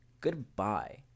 goodbye